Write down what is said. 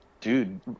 dude